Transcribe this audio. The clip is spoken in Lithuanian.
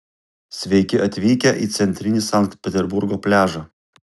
sveiki atvykę į centrinį sankt peterburgo pliažą